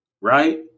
Right